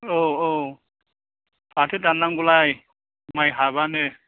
औ औ फाथो दाननांगौ लाय माइ हाबानो